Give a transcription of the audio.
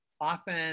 often